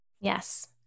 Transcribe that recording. Yes